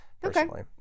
personally